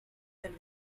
del